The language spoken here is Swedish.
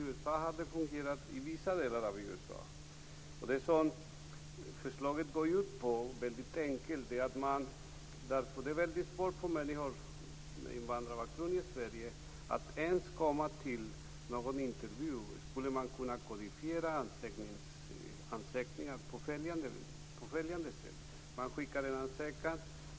Den har fungerat i vissa delar av USA. Förslaget går enkelt uttryckt ut på följande. Det är väldigt svårt för människor i Sverige med invandrarbakgrund att ens komma till någon intervju. Man skulle kunna kodifiera ansökningshandlingarna på följande sätt. Man skickar en ansökan.